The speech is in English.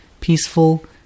peaceful